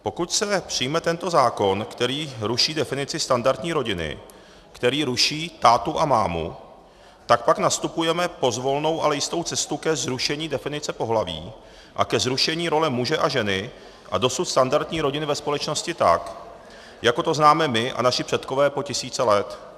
Pokud se přijme tento zákon, který ruší definici standardní rodiny, který ruší tátu a mámu, tak pak nastupujeme pozvolnou, ale jistou cestu ke zrušení definice pohlaví a ke zrušení role muže a ženy a dosud standardní rodiny ve společnosti tak, jako to známe my a naši předkové po tisíce let.